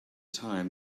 time